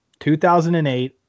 2008